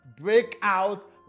breakout